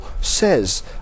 says